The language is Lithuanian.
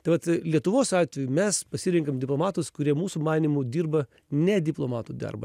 tai vat lietuvos atveju mes pasirenkam diplomatus kurie mūsų manymu dirba ne diplomatų darbą